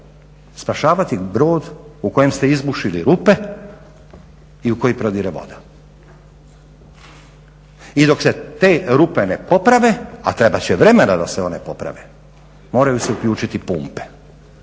spašavati brod u kojem ste izbušili rupe i u koji prodire voda. I dok se te rupe ne poprave, a trebat će vremena da se one poprave, moraju se uključiti pumpe,